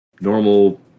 Normal